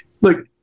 look